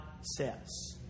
says